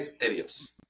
idiots